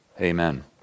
Amen